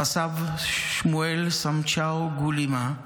רס"ב שמואל סמצ'או גולימה,